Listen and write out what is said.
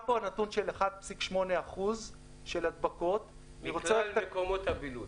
מדובר פה הנתון של 1.8% הדבקות מכלל מקומות הבילוי.